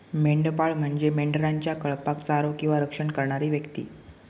मेंढपाळ म्हणजे मेंढरांच्या कळपाक चारो किंवा रक्षण करणारी व्यक्ती